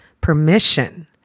permission